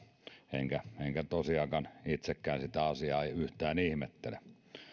enkä enkä tosiaan itsekään sitä asiaa yhtään ihmettele